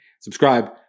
Subscribe